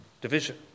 Division